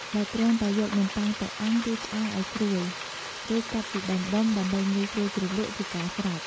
ដោយគ្រាន់តែយកនំបុ័ងទៅអាំង ឬឆ្អើរឱ្យស្រួយ រួចកាត់ជាដុំៗ ដើម្បីងាយស្រួយជ្រលក់ ជាការស្រេច។